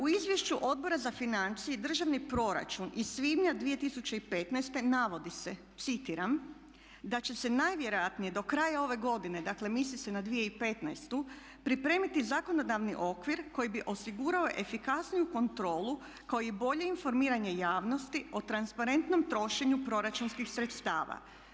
U izvješću Odbora za financije i državni proračun iz svibnja 2015.navodi se "Da će se najvjerojatnije do kraja ove godine, dakle misli se na 2015., pripremiti zakonodavni okvir koji bi osigurao efikasniju kontrolu, kao i bolje informiranje javnosti o transparentnom trošenju proračunskih sredstava.